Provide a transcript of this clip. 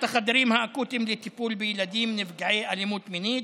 ולהתאים את החדרים האקוטיים לטיפול בילדים נפגעי אלימות מינית,